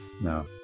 No